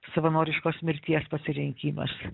savanoriškos mirties pasirinkimas